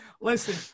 Listen